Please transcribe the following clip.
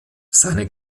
seine